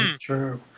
True